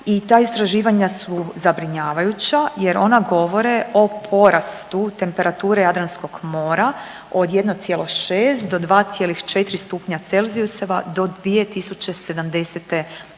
i ta istraživanja su zabrinjavajuća jer ona govore o porastu temperature Jadranskog mora od 1,6 do 2,4 stupnja celzijuseva do 2070.g.,